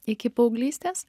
iki paauglystės